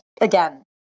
again